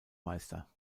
meister